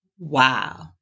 wow